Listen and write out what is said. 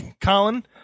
Colin